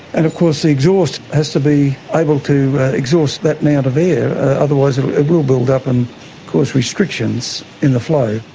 and of course the exhaust has to be able to exhaust that amount of air, otherwise it will build up and cause restrictions in the flow.